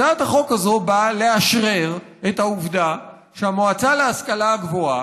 הצעת החוק הזו באה לאשרר את העובדה שהמועצה להשכלה גבוהה,